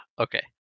Okay